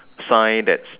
sign that's